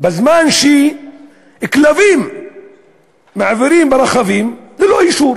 בזמן שכלבים מעבירים ברכבים ללא אישור